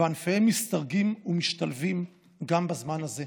וענפיהם משתרגים ומשתלבים גם בזמן הזה,